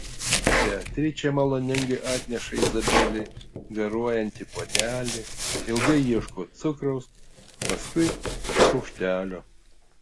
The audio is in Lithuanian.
beatričė maloningai atneša izabelei garuojantį puodelį ilgai ieško cukraus paskui šaukštelio